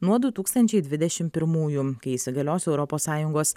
nuo du tūkstančiai dvidešimt pirmųjų kai įsigalios europos sąjungos